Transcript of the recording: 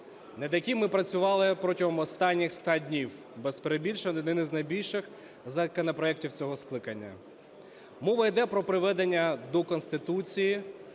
над яким ми працювали протягом останніх ста днів. Без перебільшення, один із найбільших законопроектів цього скликання. Мова йде про приведення до Конституції